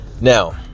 Now